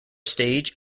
stage